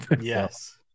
Yes